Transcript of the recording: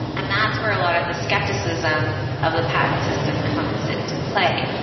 and that's where a lot of the skepticism of the patent system comes into play.